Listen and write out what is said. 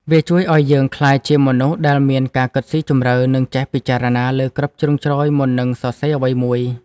វាជួយឱ្យយើងក្លាយជាមនុស្សដែលមានការគិតស៊ីជម្រៅ និងចេះពិចារណាលើគ្រប់ជ្រុងជ្រោយមុននឹងសរសេរអ្វីមួយ។